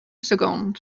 second